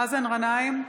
(קוראת בשמות חברי הכנסת) מאזן גנאים,